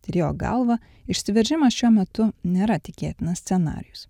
tyrėjo galva išsiveržimas šiuo metu nėra tikėtinas scenarijus